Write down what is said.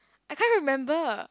I can't remember